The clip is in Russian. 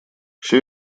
все